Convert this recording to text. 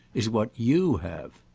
is what you have.